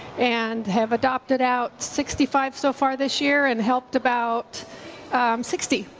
and have adopted out sixty five so far this year and helped about sixty,